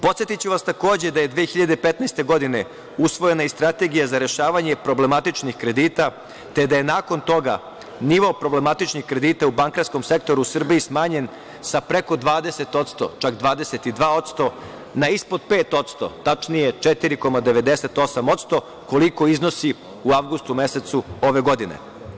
Podsetiću vas takođe da je 2015. godine usvojena i strategija za rešavanje problematičnih kredita, te da je nakon toga nivo problematičnih kredita u bankarskom sektoru u Srbiji smanjen sa preko 20%, čak 22% na ispod 5%, tačnije 4,98%, koliko iznosi u avgustu mesecu ove godine.